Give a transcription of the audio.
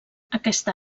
aquesta